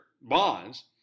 bonds